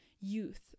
youth